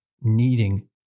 needing